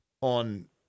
on